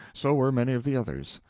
so were many of the others.